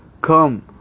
come